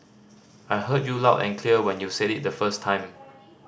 I heard you loud and clear when you said it the first time